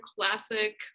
classic